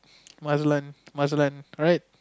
must learn must learn alright